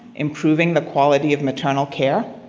improving the quality of maternal care.